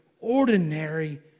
ordinary